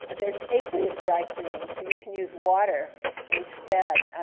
there's aqueous dry cleaning, so you can use water instead.